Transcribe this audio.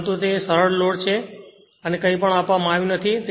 પરંતુ તે સરળ લોડ છે અને કંઇપણ આપવામાં આવ્યું નથી